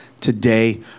today